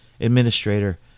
administrator